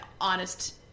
honest